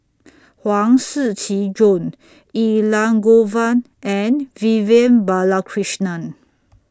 Huang Shiqi Joan Elangovan and Vivian Balakrishnan